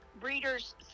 breeders